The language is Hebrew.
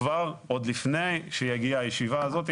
עוד לפני שתגיע הישיבה הזאת,